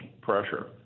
pressure